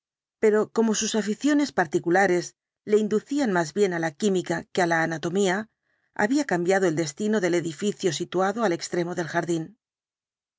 pero como sus aficiones particulares le inducían más bien á la química que á la anatomía había cambiado el destino del edificio situado al extremo del jardín